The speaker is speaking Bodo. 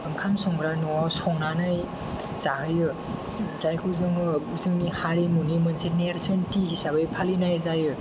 ओंखाम संग्रा नआव संनानै जाहोयो जायखौ जोङो जोंनि हारिमुनि मोनसे नेरसोनथि हिसाबै फालिनाय जायो